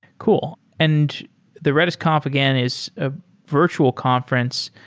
cool. and the redis conf again is a virtual conference.